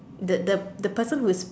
the the the person who is